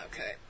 okay